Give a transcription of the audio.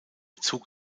zug